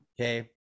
Okay